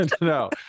no